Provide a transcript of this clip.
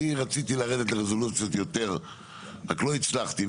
אני רציתי לרדת לרזולוציות יותר רק לא הצלחתי,